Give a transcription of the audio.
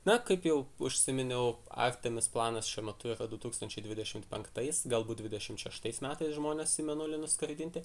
na kaip jau užsiminiau artemis planas šiuo metu yra du tūkstančiai dvidešimt penktais galbūt dvidešimt šeštais metais žmones į mėnulį nuskraidinti